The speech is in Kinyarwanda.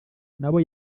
n’abo